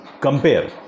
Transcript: compare